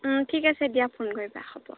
ঠিক আছে দিয়া ফোন কৰিবা হ'ব